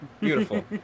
beautiful